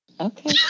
Okay